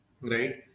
Right